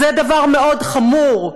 זה דבר מאוד חמור.